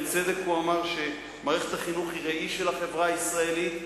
בצדק הוא אמר שמערכת החינוך היא ראי של החברה הישראלית,